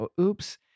Oops